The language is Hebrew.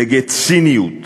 נגד ציניות,